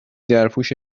درپوش